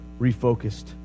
refocused